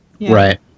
Right